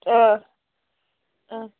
آ